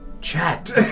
Chat